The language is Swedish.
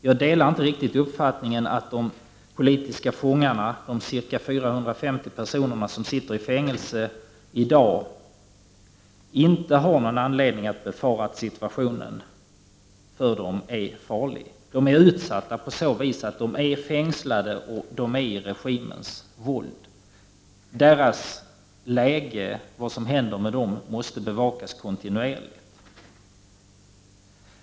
Jag delar inte riktigt uppfattningen att de politiska fångarna, de ca 450 personer som sitter i fängelse i dag, inte har någon anledning att befara att situationen för dem är farlig. De är utsatta på så sätt att de är fängslade och de är i regimens våld. Vad som händer med dessa fångar måste bevakas kontinuerligt.